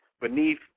Beneath